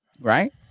Right